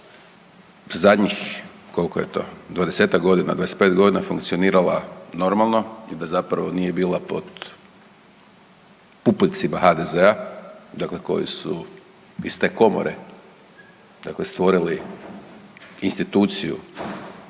komora zadnjih koliko je to 20-ak godina, 25 godina funkcionirala normalno i da zapravo nije bila pod pupoljcima HDZ-a koji su iz te komore stvorili instituciju